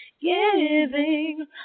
Giving